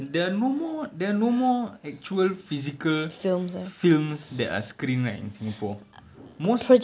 there are no more there are no more actual physical films that are screened right in singapore most